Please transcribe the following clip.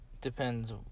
Depends